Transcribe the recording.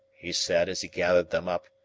he said as he gathered them up,